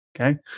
Okay